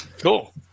Cool